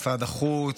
משרד החוץ,